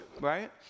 right